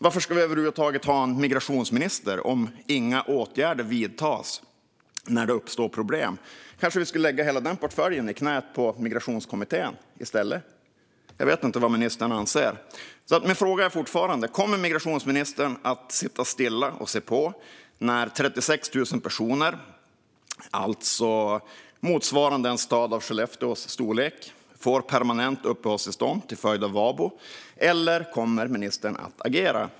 Varför ska vi över huvud taget ha en migrationsminister om inga åtgärder vidtas när det uppstår problem? Kanske vi i stället ska lägga hela den portföljen i knät på Migrationskommittén? Jag vet inte vad ministern anser. Kommer migrationsministern att sitta stilla och se på när 36 000 personer, alltså motsvarande en stad av Skellefteås storlek, får permanent uppehållstillstånd till följd av VABO, eller kommer ministern att agera?